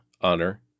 honor